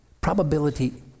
probability